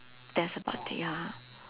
that's about it ya